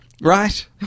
Right